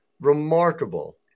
remarkable